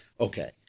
okay